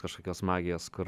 kažkokios magijos kur